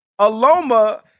Aloma